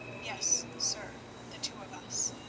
yes, sir the two of us.